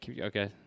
Okay